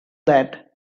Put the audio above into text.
that